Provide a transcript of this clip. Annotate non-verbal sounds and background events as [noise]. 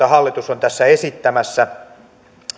[unintelligible] hallitus on tässä esittämässä